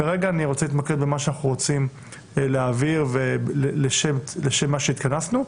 כרגע אני רוצה להתמקד במה שאנחנו רוצים להעביר שלשמו התכנסנו,